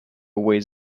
away